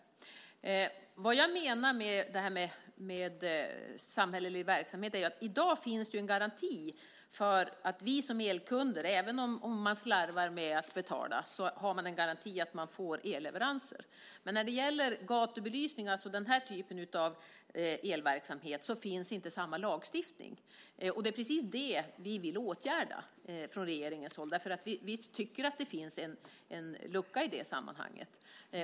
Det jag menar med samhällsviktig verksamhet är att det i dag finns en garanti för att vi som elkunder får elleverans, även om vi slarvar med att betala. När det gäller gatubelysning och den typen av elverksamhet finns inte samma lagstiftning. Det är precis det som vi vill åtgärda från regeringens håll. Vi tycker att det finns en lucka i lagen.